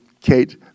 Kate